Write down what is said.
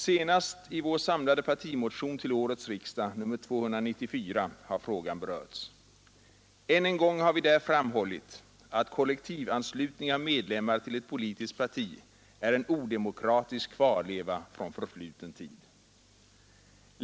Senast i vår samlade partimotion till årets riksdag — nr 294 — har frågan berörts. Än en gång har vi därför framhållit att kollektivanslutning av medlemmar till ett politiskt parti är en odemokratisk kvarleva från förfluten tid.